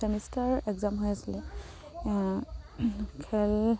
semester exam হৈ আছিলে খেল